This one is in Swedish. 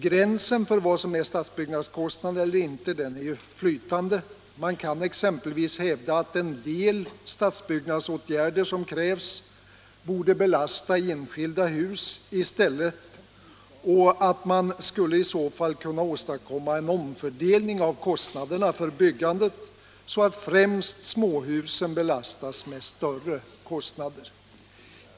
Gränsen för vad som är stadsbyggnadskostnader eller inte är ju flytande. Man kan exempelvis hävda att en del av de stadsbyggnadsåtgärder som krävs i stället borde belasta enskilda hus, och det skulle på så sätt kunna åstadkommas en omfördelning av kostnaderna för byggandet så att främst småhusen belastades med större kostnader.